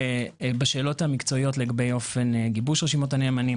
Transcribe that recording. ובשאלות המקצועיות לגבי אופן גיבוש רשימות הנאמנים,